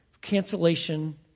cancellation